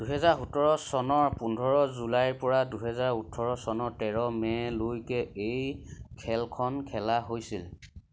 দুহেজাৰ সোচৰ চনৰ পোন্ধৰ জুলাইৰপৰা দুহেজাৰ ওঠৰ চনৰ তেৰ মে'লৈকে এই খেলখন খেলা হৈছিল